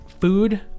food